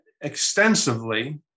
extensively